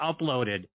uploaded –